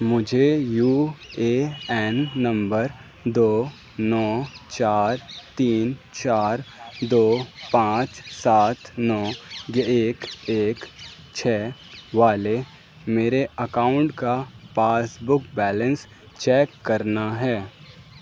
مجھے U A N number دو نو چار تین چار دو پانچ سات نو ایک ایک چھ والے میرے اکاؤنٹ کا پاس بک بیلنس چیک کرنا ہے